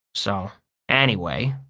so anyway,